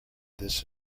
this